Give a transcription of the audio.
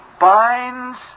binds